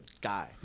guy